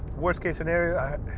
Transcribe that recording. worst case scenario,